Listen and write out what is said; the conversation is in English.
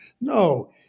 no